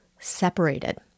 separated